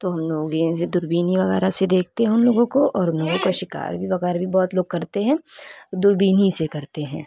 تو ہم لوگ یہ دور بین ہی وغیرہ سے دیكھتے ہیں اُن لوگوں كو اور اُن لوگوں كا شكار وغیرہ بھی بہت لوگ کرتے ہیں دور بین ہی سے کرتے ہیں